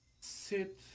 sit